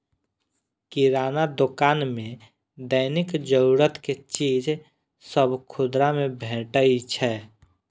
किराना दोकान मे दैनिक जरूरत के चीज सभ खुदरा मे भेटै छै